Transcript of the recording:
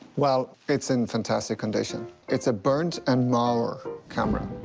well, it's in fantastic condition. it's a berndt and maurer camera.